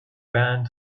band